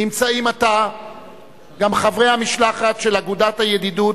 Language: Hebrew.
נמצאים עתה גם חברי המשלחת של אגודת הידידות